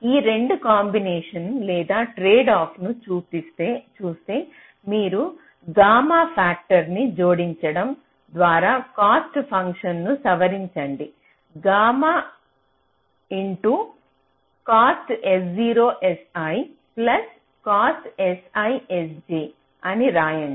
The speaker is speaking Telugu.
ఈ 2 కాంబినేషన్ లేదా ట్రేడ్ఆఫ్ను చూస్తే మీరు గామా ఫ్యాక్టర్ న్ని జోడించడం ద్వారా కాస్ట్ ఫంక్షన్ను సవరించండి gamma into cost s0 si plus cost si sj అని రాయండి